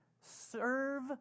serve